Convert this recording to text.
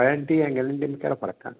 warranty ऐं guarantee में कहिड़ो फ़र्क़ु आहे